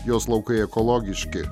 jos laukai ekologiški